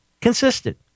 consistent